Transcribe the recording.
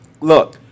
Look